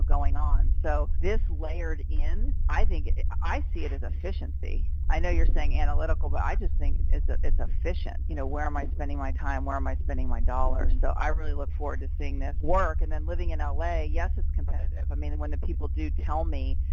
going on. so this layered in i think i see it as efficiency. i know you're saying analytical, but i just think ah it's efficient. you know, where am i spending my time? where am i spending my dollars? so i really look forward to seeing this work and then living in ah la, yes, it's competitive. i mean, when the people do tell me,